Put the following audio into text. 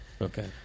Okay